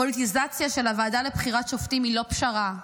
פוליטיזציה של הוועדה לבחירת שופטים היא לא פשרה,